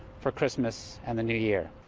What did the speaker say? for christmas and the new year.